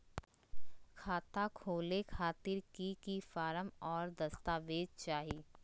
खाता खोले खातिर की की फॉर्म और दस्तावेज चाही?